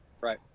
Right